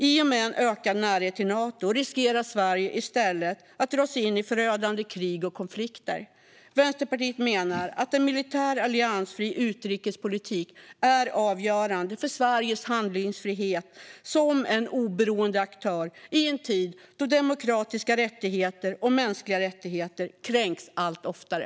I och med en ökad närhet till Nato riskerar Sverige att i stället dras in i förödande krig och konflikter. Vänsterpartiet menar att en militärt alliansfri utrikespolitik är avgörande för Sveriges handlingsfrihet som en oberoende aktör i en tid då demokratiska rättigheter och mänskliga rättigheter kränks allt oftare.